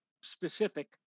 specific